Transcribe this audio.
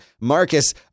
marcus